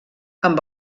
amb